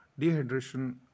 dehydration